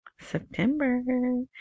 September